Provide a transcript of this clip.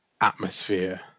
atmosphere